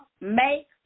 make